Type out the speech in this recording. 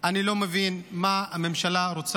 אדוני היושב-ראש,